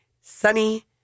sunny